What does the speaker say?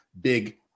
big